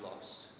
lost